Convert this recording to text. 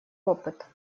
опыт